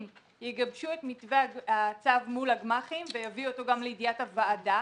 יגבשו את מתווה הצו מול הגמ"חים ויביאו אותו גם לידיעת הוועדה.